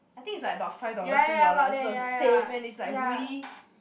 I think it's like about five dollars sing dollars it's the same and it's like really